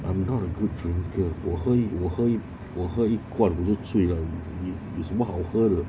I'm not a good drinker 我喝我喝我喝一罐我就醉了有什么好喝的